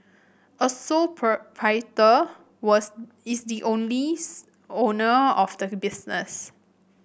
a sole proprietor was is the only owner of the business